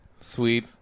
Sweet